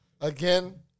Again